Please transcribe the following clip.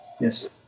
Yes